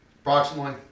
approximately